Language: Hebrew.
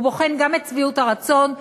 הוא בוחן גם את שביעות הרצון,